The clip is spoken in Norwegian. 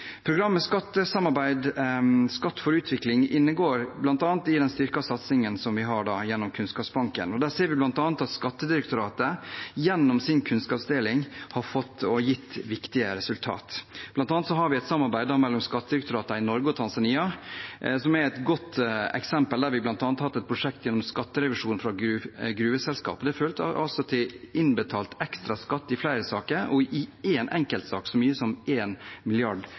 Programmet Skatt for utvikling inngår bl.a. i den styrkede satsingen vi har gjennom Kunnskapsbanken, og der ser vi bl.a. at Skattedirektoratet gjennom sin kunnskapsdeling har fått og gitt viktige resultater. Blant annet har vi et samarbeid mellom skattedirektoratene i Norge og Tanzania, som er et godt eksempel, der vi bl.a. har hatt et prosjekt gjennom skatterevisjon fra gruveselskap. Det førte til innbetalt ekstraskatt i flere saker, og i en enkeltsak så mye som